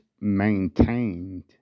maintained